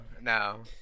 no